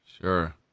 Sure